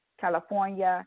California